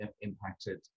impacted